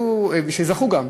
שזכו גם,